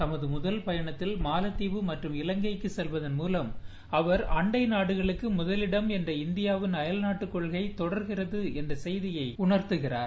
தமது முதல் பயணத்தில் மாலத்தீவு மற்றும் இலங்கைக்கு செல்வதன்மூலம் அவர் அண்டை நாடுகளுக்கு முதலிடம் என்ற இந்தியாவின் அயல்நாட்டு கொள்கை தொடர்கிறது என்ற செய்தியை உணர்த்துகிறார்